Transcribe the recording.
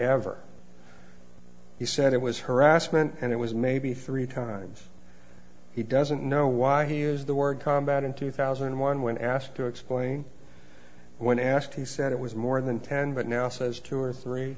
ever he said it was harassment and it was maybe three times he doesn't know why he is the word combat in two thousand and one when asked to explain when asked he said it was more than ten but now says two or three